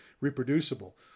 reproducible